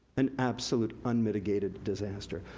an absolute unmitigated disaster.